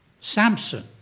Samson